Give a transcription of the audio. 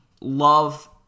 love